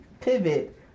pivot